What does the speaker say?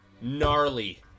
Gnarly